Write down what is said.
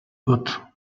got